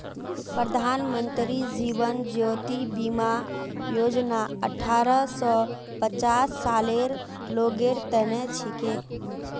प्रधानमंत्री जीवन ज्योति बीमा योजना अठ्ठारह स पचास सालेर लोगेर तने छिके